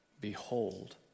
Behold